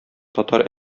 татар